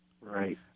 Right